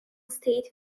state